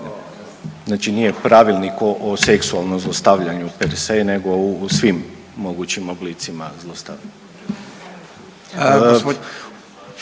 znači nije pravilnik o seksualnom zlostavljanju per se nego u svim mogućim oblicima zlostavljanja.